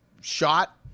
shot